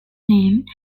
named